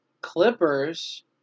Clippers